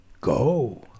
go